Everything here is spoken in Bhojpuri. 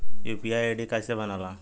यू.पी.आई आई.डी कैसे बनेला?